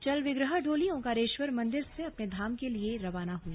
चल विग्रह डोली ओंकारेश्वर मंदिर से अपने धाम के लिए रवाना हुई